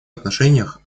отношениях